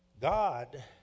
God